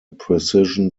precision